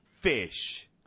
fish